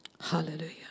Hallelujah